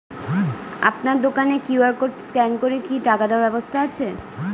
আপনার দোকানে QR code scan করে কি টাকা দেওয়ার ব্যবস্থা আছে?